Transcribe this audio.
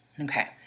Okay